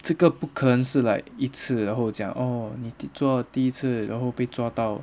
这个不可能是 like 一次然后讲哦你第做第一次然后被抓到